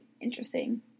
interesting